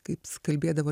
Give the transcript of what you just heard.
kaip jis kalbėdavo